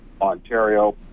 Ontario